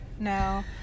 No